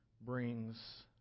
brings